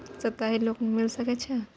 सप्ताहिक लोन मिल सके छै?